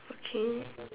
okay